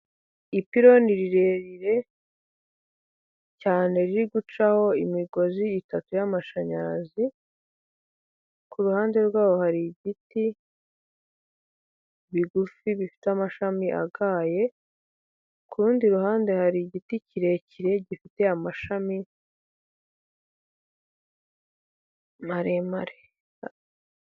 Ipironi rirerire cyane riri gucaho imigozi itatu y'amashanyarazi, ku ruhande rwaho hari ibiti bigufi bifite amashami agaye, ku rundi ruhande hari igiti kirekire gifite amashami maremare.